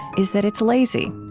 is that it's lazy.